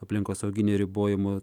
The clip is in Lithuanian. aplinkosauginių ribojimų